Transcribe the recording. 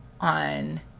on